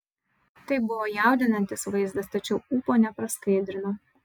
tai buvo jaudinantis vaizdas tačiau ūpo nepraskaidrino